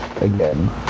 again